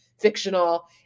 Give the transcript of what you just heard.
Fictional